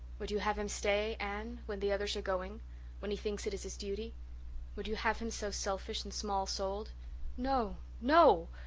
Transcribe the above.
would you have him stay, anne when the others are going when he thinks it his his duty would you have him so selfish and small-souled? no no!